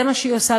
זה מה שהיא עושה,